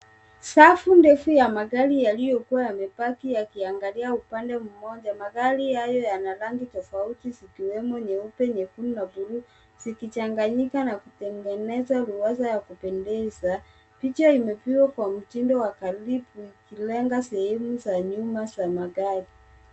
Safu ndefu ya magari yaliyokuwa yamepaki yakiangalia upande mmoja. Magari hayo yana rangi tofauti zikiwemo nyeupe, nyekundu na buluu zikichanganyika na kutengeneza ruwaza ya kupendeza. Picha imepigwa kwa mtindo wa karibu ukilenga sehemu za nyuma za magari.